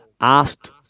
asked